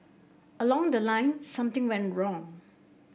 along the line something went wrong